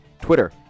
Twitter